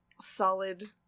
solid